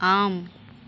ஆம்